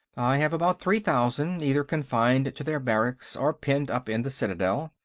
i have about three thousand, either confined to their barracks or penned up in the citadel.